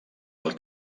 del